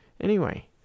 anyway